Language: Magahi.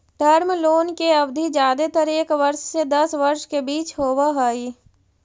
टर्म लोन के अवधि जादेतर एक वर्ष से दस वर्ष के बीच होवऽ हई